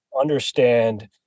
understand